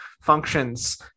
functions